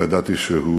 לא ידעתי שהוא